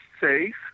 safe